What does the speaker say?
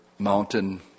mountain